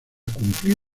cumplir